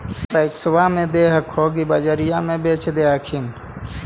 पैक्सबा मे दे हको की बजरिये मे बेच दे हखिन?